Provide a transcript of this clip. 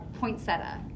poinsettia